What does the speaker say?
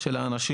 של האנשים.